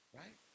right